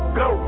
go